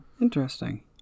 interesting